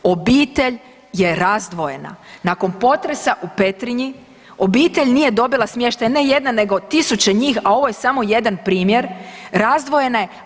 Obitelj je razdvojena nakon potresa u Petrinji obitelj nije dobila smještaj ne jedna, nego tisuće njih, a ovo je samo jedan primjer razdvojene.